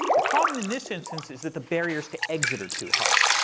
the problem in this instance is that the barriers to exit are too high.